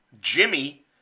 Jimmy